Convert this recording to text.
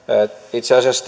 itse asiassa